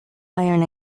iron